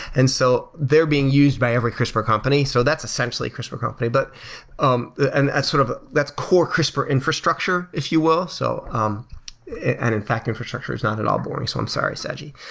and so they're being used by every crispr company. so that's essentially a crispr company. but um and that's sort of that's core crispr infrastructure, if you will. so um and in fact, infrastructure is not at all boring, so i'm sorry, saji